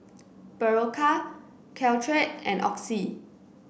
Berocca Caltrate and Oxy